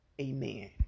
amen